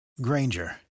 Granger